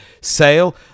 sale